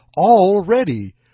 already